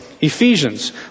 Ephesians